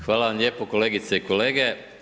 Hvala vam lijepo kolegice i kolege.